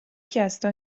chiesto